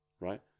right